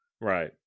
right